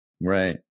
Right